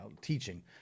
teaching